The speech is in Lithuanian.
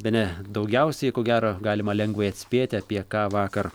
bene daugiausiai ko gero galima lengvai atspėti apie ką vakar